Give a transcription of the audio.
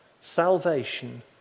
salvation